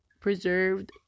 preserved